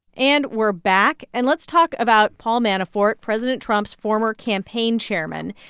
and we're back. and let's talk about paul manafort, president trump's former campaign chairman.